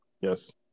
Yes